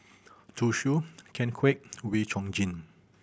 Zhu Xu Ken Kwek Wee Chong Jin